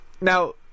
Now